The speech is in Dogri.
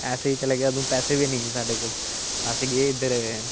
ऐसे ही चले गे अंदू पेसे बी नेई हे साढ़े कोल अस गे इद्धर